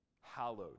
hallowed